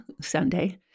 Sunday